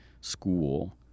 school